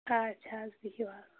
اچھا حظ بِہِو